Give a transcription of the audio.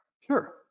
Sure